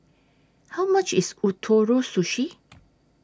How much IS Ootoro Sushi